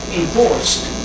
enforced